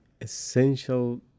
essential